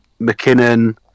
McKinnon